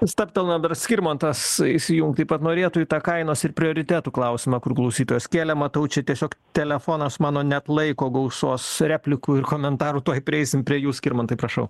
stabtelnam dar skirmantas įsijungt taip pat norėtų į tą kainos ir prioritetų klausimą kur klausytojas kėlė matau čia tiesiog telefonas mano neatlaiko gausos replikų ir komentarų tuoj prieisime prie jų skirmantai prašau